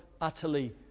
utterly